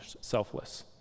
selfless